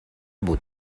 بود